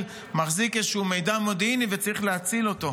מחזיק איזשהו מידע מודיעיני וצריך להציל אותו,